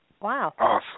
Wow